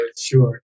sure